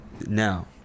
Now